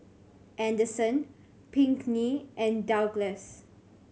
Anderson Pinkney and Douglas